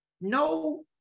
No